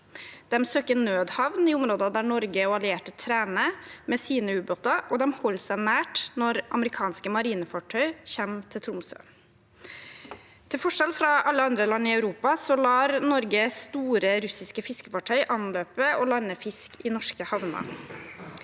De søker nødhavn i områder der Norge og allierte trener med sine ubåter, og de holder seg nært når amerikanske marinefartøyer kommer til Tromsø. Til forskjell fra alle andre land i Europa lar Norge store russiske fiskefartøyer anløpe og lande fisk i norske havner.